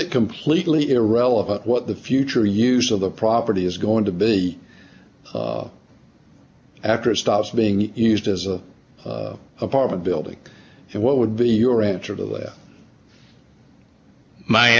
it completely irrelevant what the future use of the property is going to be after it stops being used as a apartment building and what would be your answer to